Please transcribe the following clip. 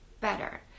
better